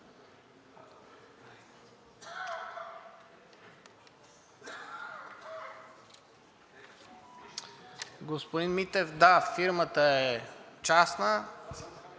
Господин Митев, да, фирмата е частна,